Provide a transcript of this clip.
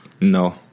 No